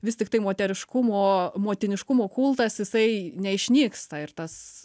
vis tiktai moteriškumo motiniškumo kultas jisai neišnyksta ir tas